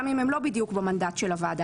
גם אם הם לא בדיוק במנדט של הוועדה.